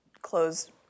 close